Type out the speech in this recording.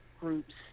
groups